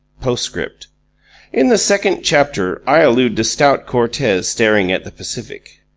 postscript in the second chapter i allude to stout cortez staring at the pacific.